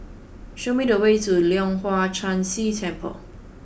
show me the way to Leong Hwa Chan Si Temple